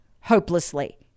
hopelessly